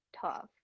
tough